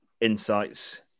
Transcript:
insights